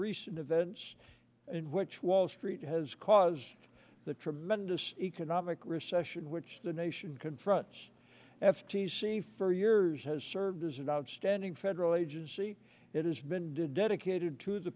recent events in which wall street has caused the tremendous economic recession which the nation confronts f t c for years has served as an outstanding federal agency it has been did dedicated to the